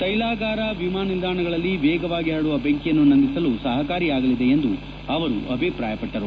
ತೈಲಗಾರ ವಿಮಾನ ನಿಲ್ದಾಣಗಳಲ್ಲಿ ವೇಗವಾಗಿ ಪರಡುವ ಬೆಂಕಿಯನ್ನು ನಂದಿಸಲು ಸಪಕಾರಿಯಾಗಲಿದೆ ಎಂದು ಅವರು ಅಭಿಪ್ರಾಯಪಟ್ಟರು